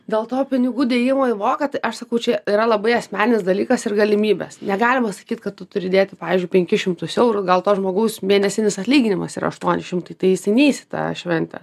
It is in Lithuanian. dėl to pinigų dėjimo į voką aš sakau čia yra labai asmeninis dalykas ir galimybės negalima sakyti kad tu turi dėti pavyzdžiui penkis šimtus eurų gal to žmogaus mėnesinis atlyginimas ir aštuoni šimtai tai jisai neeis tą šventę